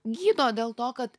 gydo dėl to kad